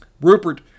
Rupert